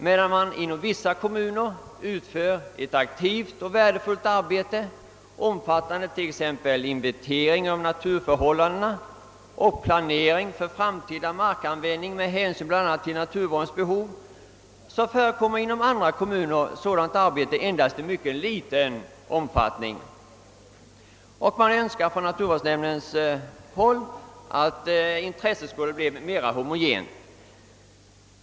Medan man inom vissa kommuner utför ett aktivt och värdefullt arbete — omfattande t.ex. inventering av naturförhållandena och planering för framtida markanvändning med hänsyn bl.a. till naturvårdens behov — förekommer inom andra kommuner sådant arbete endast i mycket liten utsträckning. Naturvårdsnämnden « Önskar att intresset skulle bli mera ho mogent.